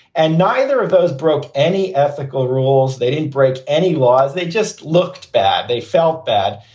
and neither of those broke any ethical rules. they didn't break any laws. they just looked bad. they felt bad.